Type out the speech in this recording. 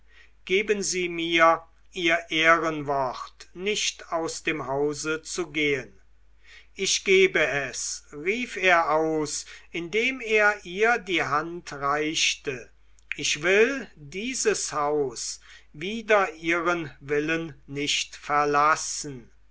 geben sie mir ihr ehrenwort nicht aus dem hause zu gehen ich gebe es rief er aus indem er ihr die hand reichte ich will dieses haus wider ihren willen nicht verlassen